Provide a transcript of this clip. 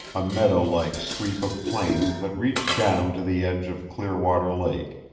a meadow-like sweep of plain that reached down to the edge of clearwater lake,